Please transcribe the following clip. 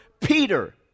Peter